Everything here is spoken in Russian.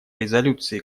резолюции